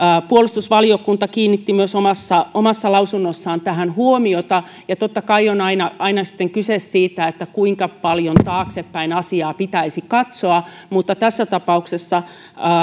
puolustusvaliokunta kiinnitti myös omassa omassa lausunnossaan tähän huomiota ja totta kai on aina aina sitten kyse siitä kuinka paljon taaksepäin asiaa pitäisi katsoa mutta tässä tapauksessa